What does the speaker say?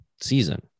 season